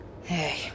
Hey